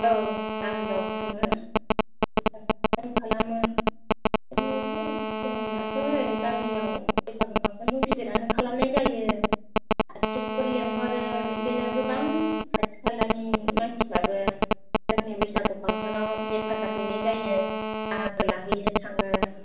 औ गामियाव खुङो साखोन सिखोन खालामो बिदिनो एसे जोंनाथ' गामियाव बैसागु फांसनखौ गिदिरानो खालामनाय जायो आर्टिस्टफोर लिंहरो बिदिनो गोबां खाथिखालानि मानसिफ्राबो जोंनि बैसागु फांशनाव हेफाजाब हैनाय जायो बाहागो लाहैनो थांङो